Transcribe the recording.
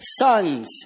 sons